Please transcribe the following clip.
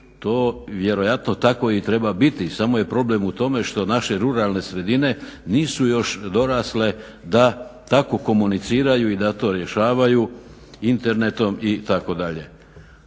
to vjerojatno tako i treba biti. Samo je problem u tome što naše ruralne sredine nisu još dorasle da tako komuniciraju i da to rješavaju internetom itd. Prije